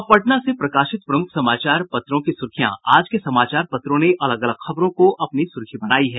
अब पटना से प्रकाशित प्रमुख समाचार पत्रों की सुर्खियां आज के समाचार पत्रों ने अलग अलग खबरों की अपनी सुर्खी बनायी है